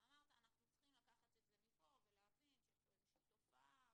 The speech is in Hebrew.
אתה אמרת שאנחנו צריכים לקחת את זה מכאן ולהבין שיש כאן איזושהי תופעה